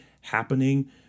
happening